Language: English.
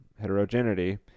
heterogeneity